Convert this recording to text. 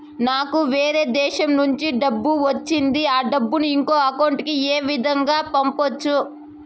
నాకు వేరే దేశము నుంచి డబ్బు వచ్చింది ఆ డబ్బును ఇంకొక అకౌంట్ ఏ విధంగా గ పంపొచ్చా?